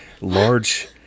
Large